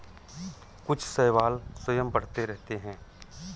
कुछ शैवाल स्वयं बढ़ते रहते हैं